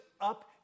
up